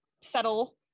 settle